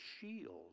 shield